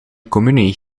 communie